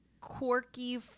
quirky